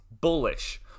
bullish